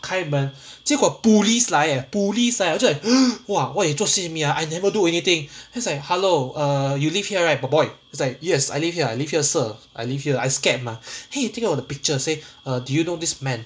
开门结果 police 来 eh police leh 我就 like I never do anything just like hello uh you live here right boy boy just like yes I live here I live here sir I leave here I scared mah then he take out a picture say uh do you know this man